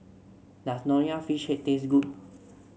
does Nonya Fish Head taste good